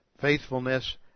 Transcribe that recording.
faithfulness